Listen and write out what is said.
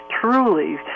truly